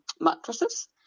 mattresses